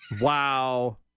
Wow